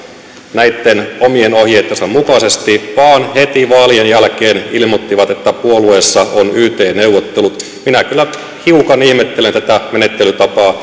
näitten omien ohjeittensa mukaisesti vaan heti vaalien jälkeen ilmoitti että puolueessa on yt neuvottelut minä kyllä hiukan ihmettelen tätä menettelytapaa